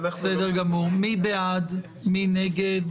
הצבעה בעד, אין נגד,